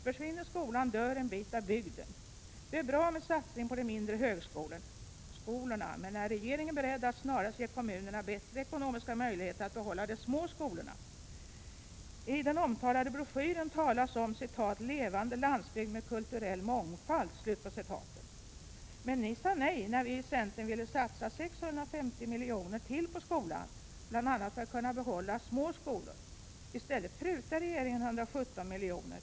Försvinner skolan dör en bit av bygden. Det är bra med satsning på de mindre högskolorna, men är regeringen beredd att snarast ge kommunerna bättre ekonomiska möjligheter att behålla de små skolorna? I den omtalade broschyren talas om ”levande landsbygd med kulturell mångfald”. Men ni sade nej när vi i centern ville satsa ytterligare 650 miljoner på skolan, bl.a. för att kunna behålla små skolor. I stället prutade regeringen 117 miljoner.